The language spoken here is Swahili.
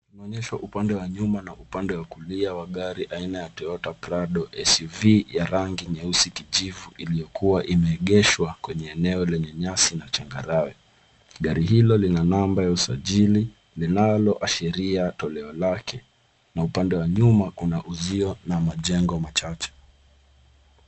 Tumeonyeshwa upande wa nyuma na upande wa kulia wa gari aina ya Toyota Prado SUV ya rangi nyeusi kijivu iliyokuwa imeegeshwa kwenye eneo lenye nyasi na changarawe. Gari hilo lina namba ya usajili, linaloashiria toleo lake. Na upande wa nyuma, kuna uzio na majengo machache.